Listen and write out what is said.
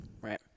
Right